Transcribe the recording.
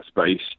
space